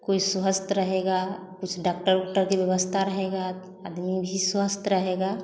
कोई स्वस्थ रहेगा कुछ डाक्टर उक्टर की व्यवस्था रहेगा आदमी भी स्वस्थ रहेगा